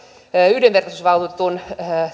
yhdenvertaisuusvaltuutetun